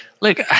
look